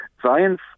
science